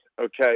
okay